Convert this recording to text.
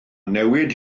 newid